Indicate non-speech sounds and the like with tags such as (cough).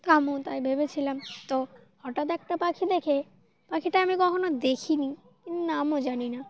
(unintelligible) তাই ভেবেছিলাম তো হঠাৎ একটা পাখি দেখে পাখিটা আমি কখনও দেখিনি কিন্তু নামও জানি না